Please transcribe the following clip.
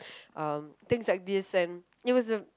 um things like this and it was a